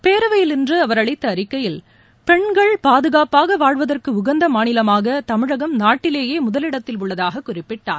பேரவையில் இன்று அவர் அளித்த அறிக்கையில் பெண்கள் பாதுகாப்பாக வாழ்வதற்கு உகந்த மாநிலமாக தமிழகம் நாட்டிலேயே முதலிடத்தில் உள்ளதாக குறிப்பிட்டார்